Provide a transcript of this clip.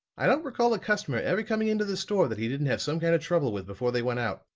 i don't recall a customer ever coming into the store that he didn't have some kind of trouble with before they went out.